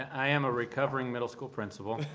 i am a recovering middle school principal.